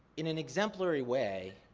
in an exemplary way,